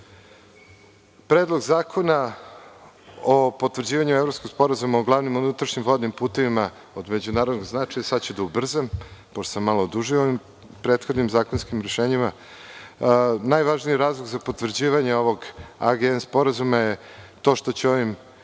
Predlog zakona o potvrđivanju Evropskog sporazuma o glavnim unutrašnjim vodnim putevima od međunarodnog značaja. Sada ću ubrzati pošto sam malo odužio o ovim prethodnim zakonskim rešenjima. Najvažniji razlog za potvrđivanja ovog AGN sporazuma je to što će ovim